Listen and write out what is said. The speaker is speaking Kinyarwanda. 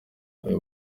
uyu